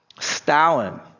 Stalin